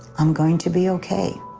um going to be okay.